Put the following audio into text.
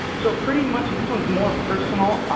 so pretty much, this one's more personal.